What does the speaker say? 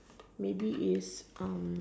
maybe is um